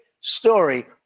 story